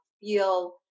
feel